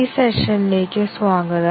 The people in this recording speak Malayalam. ഈ സെഷനിലേക്ക് സ്വാഗതം